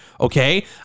okay